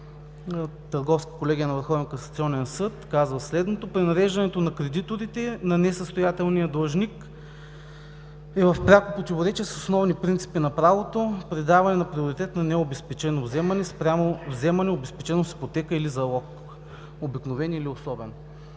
Върховния касационен съд казва следното: „Пренареждането на кредиторите на несъстоятелния длъжник е в пряко противоречие с основни принципи на правото при даване на приоритет на необезпечено вземане спрямо вземане, обезпечено с ипотека или залог – обикновен или особен.“